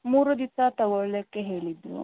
ಮೂರು ದಿವಸ ತಗೊಳ್ಳಿಕ್ಕೆ ಹೇಳಿದ್ದರು